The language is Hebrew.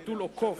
חתול או קוף,